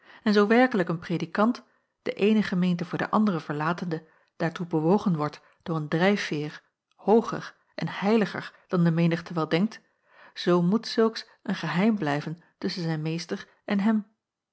en zoo werkelijk een predikant de eene gemeente voor de andere verlatende daartoe bewogen wordt door een drijfveer hooger en heiliger dan de menigte wel denkt zoo moet zulks een geheim blijven tusschen zijn meester en hem